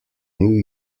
new